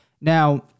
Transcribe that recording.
Now